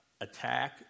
Attack